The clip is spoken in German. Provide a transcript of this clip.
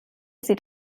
sieht